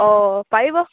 অঁ পাৰিব